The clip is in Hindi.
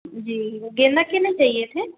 जी वो गेंदा के ना चाहिए थे